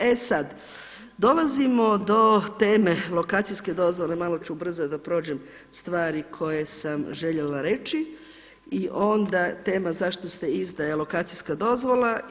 E sada, dolazimo do teme lokacijske dozvole, malo ću ubrzati da prođem stvari koje sam željela reći i onda tema zašto se izdaje lokacijska dozvola.